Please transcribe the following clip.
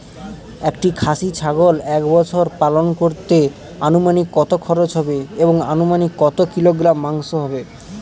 একটি খাসি ছাগল এক বছর পালন করতে অনুমানিক কত খরচ হবে এবং অনুমানিক কত কিলোগ্রাম মাংস হবে?